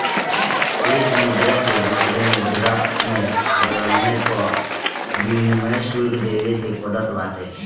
एक मुद्रा के दूसरा मुद्रा में बदलला पअ विनिमय शुल्क देवे के पड़त बाटे